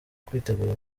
kwitegura